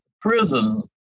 prison